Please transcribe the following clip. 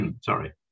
Sorry